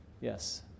Yes